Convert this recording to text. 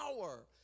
power